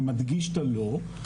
אני מדגיש את המילה לא.